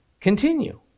continue